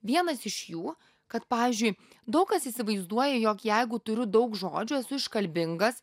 vienas iš jų kad pavyzdžiui daug kas įsivaizduoja jog jeigu turiu daug žodžių esu iškalbingas